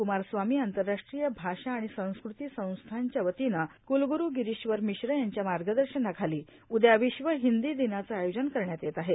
क्मारस्वामी आंतरराष्ट्रीय भाषा आणि संस्कृति संस्थांच्या वतीनं कृलग्रू गिरीश्वर मिश्र यांच्या मार्गदर्शनाखाली उदया विश्व हिंदी दिनाचं आयोजन करण्यात येत आहे